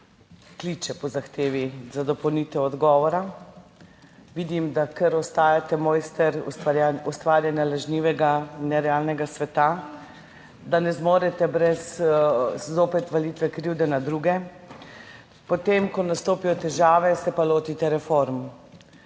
kliče po zahtevi za dopolnitev odgovora. Vidim, da kar ostajate mojster ustvarjanja lažnivega, nerealnega sveta, da ne zmorete brez valitve krivde na druge, potem, ko nastopijo težave, pa se lotite reform,